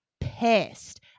pissed